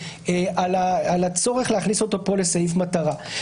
על הצורך להכניס אותו פה לסעיף מטרה.